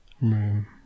room